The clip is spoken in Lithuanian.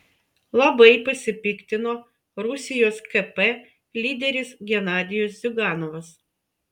labai pasipiktino rusijos kp lyderis genadijus ziuganovas